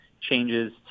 changes